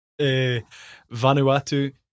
Vanuatu